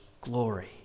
glory